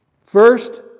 First